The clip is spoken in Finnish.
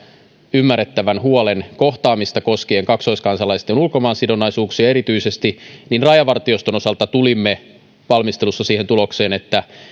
ymmärrettävän huolen kohtaamista koskien erityisesti kaksoiskansalaisten ulkomaansidonnaisuuksia niin rajavartioston osalta tulimme valmistelussa siihen tulokseen että